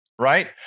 Right